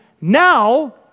now